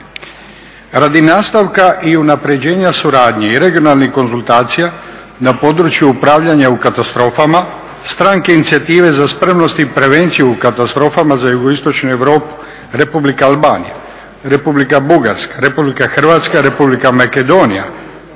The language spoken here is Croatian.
Radi nastavka i unapređenja suradnje i regionalnih konzultacija na području upravljanja u katastrofama, stranke inicijative za spremnost i prevenciju u katastrofama za jugoistočnu Europu, Republika Albanija, Republika Bugarska, Republika Hrvatska, Republika Makedonija,